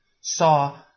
saw